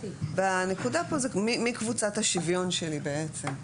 הנקודה פה זה מי קבוצת השוויון שלי בעצם.